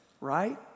right